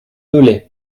dolez